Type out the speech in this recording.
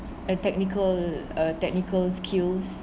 a technical uh technical skills